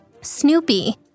Snoopy